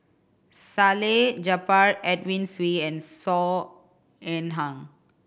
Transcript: Salleh Japar Edwin Siew and Saw Ean Ang